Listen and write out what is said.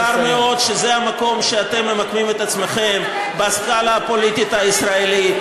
צר מאוד שזה המקום שאתם ממקמים את עצמכם בסקאלה הפוליטית הישראלית,